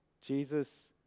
Jesus